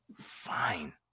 Fine